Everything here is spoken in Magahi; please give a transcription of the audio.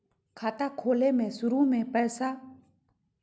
खाता खोले में शुरू में पैसो जमा करे पड़तई की?